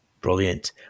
Brilliant